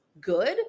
good